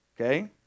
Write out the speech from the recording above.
Okay